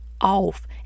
off